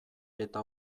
eta